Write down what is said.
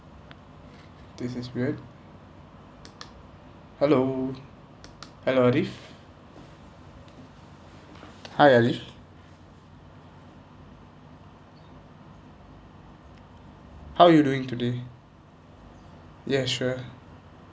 this is good hello hello arif hi arif how you doing today yes sure